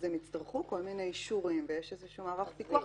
אז הם יצטרכו כל מיני אישורים ויש מערך פיקוח,